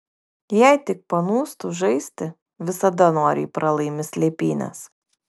jei tik panūstu žaisti visada noriai pralaimi slėpynes